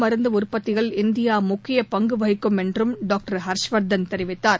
மருந்தடற்பத்தியில் தப்பு இந்தியாமுக்கியபங்குவகிக்கும் என்றும் டாக்டர் ஹர்ஷவர்தன் தெரிவித்தார்